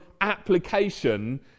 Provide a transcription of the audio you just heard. application